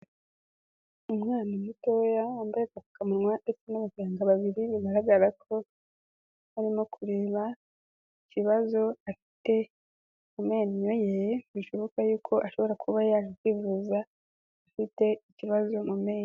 Umwana muto wambaye agapfukamunwa ndetse n'abaganga babiri bigaragara ko barimo kureba ikibazo afite amenyo ye bishoboka yuko ashobora kuba yaje kwivuza afite ikibazo mu mizi.